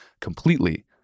completely